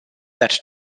that